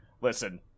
listen